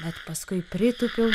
bet paskui pritūpiau